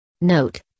Note